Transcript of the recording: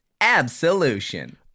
Absolution